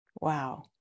Wow